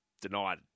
denied